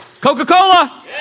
Coca-Cola